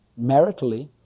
maritally